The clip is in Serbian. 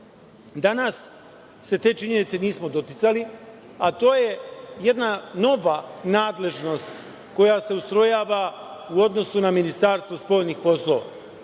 Danas se te činjenice nismo doticali, a to je jedna nova nadležnost koja se ustrojava u odnosu na Ministarstvo spoljnih poslova,